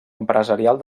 empresarial